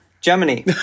Germany